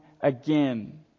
again